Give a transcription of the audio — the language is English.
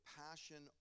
passion